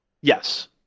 Yes